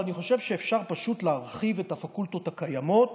אבל אני חושב שאפשר פשוט להרחיב את הפקולטות הקיימות